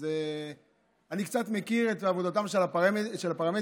אז אני קצת מכיר את עבודתם של הפרמדיקים,